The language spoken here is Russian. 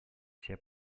все